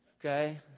Okay